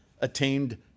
attained